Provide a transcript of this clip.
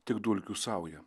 tik dulkių sauja